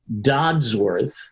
*Dodsworth*